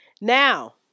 Now